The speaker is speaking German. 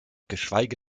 geschweige